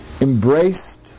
embraced